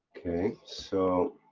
okay, so.